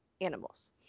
animals